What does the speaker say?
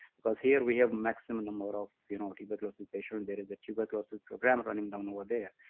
because here we have maximum amount of you know tuberculosis patients. there is a tuberculosis program running down over there.